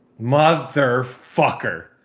Motherfucker